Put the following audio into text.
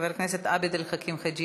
חבר הכנסת עבד אל חכים חאג'